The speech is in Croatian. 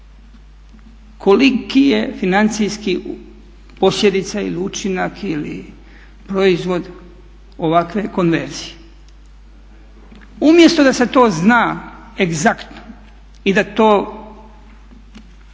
koliki je financijski, posljedica ili učinak ili proizvod ovakve konverzije. Umjesto da se to zna egzaktno i da to,